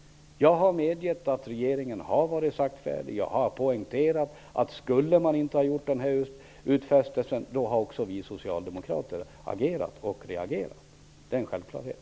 Jag har medgett att regeringen har varit saktfärdig. Jag har poängterat att om man inte hade gjort den här utfästelsen hade också vi socialdemokrater agerat och reagerat. Det är en självklarhet.